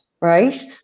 right